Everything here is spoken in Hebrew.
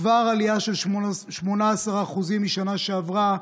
כבר עלייה של 18% משנה שעברה,